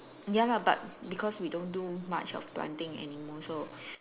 ya lah but because we don't do much of planting anymore so